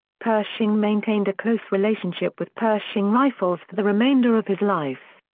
pershing maintained a close relationship with pershing rifles for the remainder of his life.